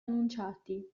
annunciati